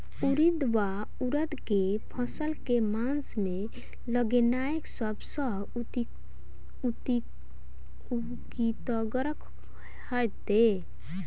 उड़ीद वा उड़द केँ फसल केँ मास मे लगेनाय सब सऽ उकीतगर हेतै?